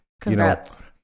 congrats